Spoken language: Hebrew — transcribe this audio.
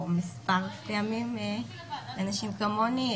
או מספר פעמים לאנשים כמוני,